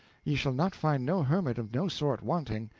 ye shall not find no hermit of no sort wanting.